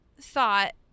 thought